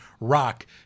rock